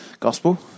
gospel